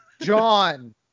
John